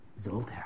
Zoltar